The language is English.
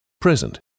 present